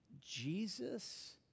Jesus